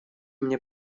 мне